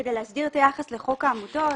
כדי להסדיר את היחס לחוק העמותות